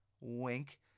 wink